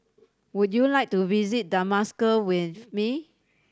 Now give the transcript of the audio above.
would you like to visit Damascus with me